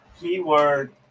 keyword